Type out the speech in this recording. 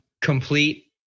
Complete